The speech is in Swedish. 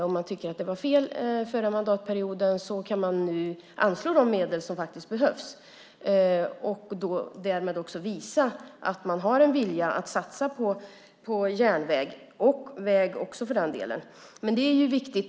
Om man tycker att det gjordes fel förra mandatperioden kan man nu anslå de medel som faktiskt behövs och därmed visa att man har en vilja att satsa på järnväg och också på väg för den delen.